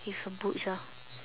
with her boots ah